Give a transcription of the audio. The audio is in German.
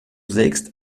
sägst